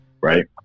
Right